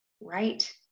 right